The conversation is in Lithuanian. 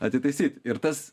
atitaisyt ir tas